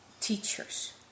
teachers